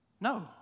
No